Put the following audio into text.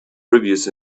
reviews